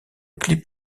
clip